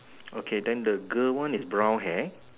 okay then the girl one is brown hair